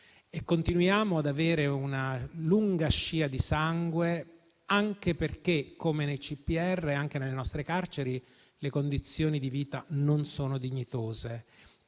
Continuiamo ad avere una lunga scia di sangue anche perché, come nei CPR, anche nelle nostre carceri le condizioni di vita non sono dignitose.